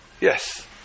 Yes